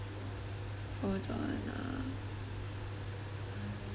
hold on ah